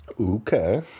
Okay